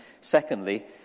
secondly